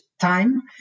time